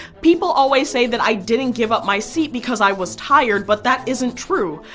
people always say that i didn't give up my seat because i was tired, but that isn't true.